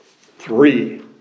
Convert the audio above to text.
three